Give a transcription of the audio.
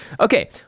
Okay